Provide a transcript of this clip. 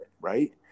right